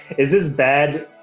is this bad,